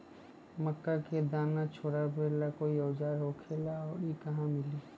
मक्का के दाना छोराबेला कोई औजार होखेला का और इ कहा मिली?